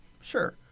Sure